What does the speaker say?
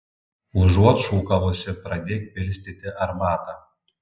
užuot šūkavusi pradėk pilstyti arbatą